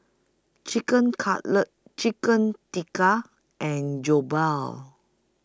Chicken Cutlet Chicken Tikka and Jokbal